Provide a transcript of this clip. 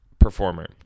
Performer